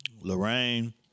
Lorraine